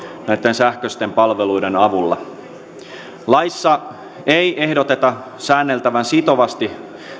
sähköisten palveluiden avulla laissa ei ehdoteta säänneltävän sitovasti